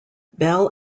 bell